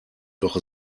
doch